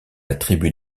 attribuent